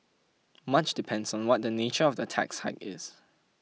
much depends on what the nature of the tax hike is